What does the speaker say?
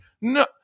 No